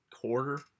quarter